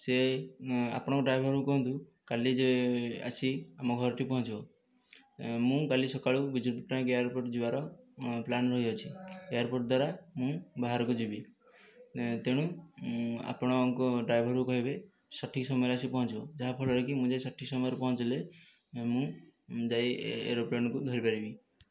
ସେ ଆପଣଙ୍କ ଡ୍ରାଇଭରଙ୍କୁ କୁହନ୍ତୁ କାଲି ଯେ ଆସି ଆମ ଘରଟି ପହଞ୍ଚିବ ମୁଁ କାଲି ସକାଳୁ ବିଜୁ ପଟ୍ଟନାୟକ ଏୟାରପୋର୍ଟ ଯିବାର ପ୍ଲାନ ରହିଅଛି ଏୟାରପୋର୍ଟ ଦ୍ୱାରା ମୁଁ ବାହାରକୁ ଯିବି ତେଣୁ ଆପଣଙ୍କ ଡ୍ରାଇଭରଙ୍କୁ କହିବେ ସଠିକ ସମୟରେ ଆସିକି ପହଞ୍ଚିବ ଯାହାଫଳରେ କି ମୁଁ ଯାଇ ସଠିକ ସମୟରେ ପହଞ୍ଚିଲେ ମୁଁ ଯାଇ ଏରୋପ୍ଲେନକୁ ଧରିପାରିବି